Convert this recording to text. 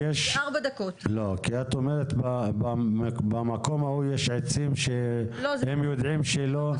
את אומרת שבמקום ההוא יש עצים שהם יודעים שלא --- לא,